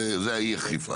זה אי אכיפה.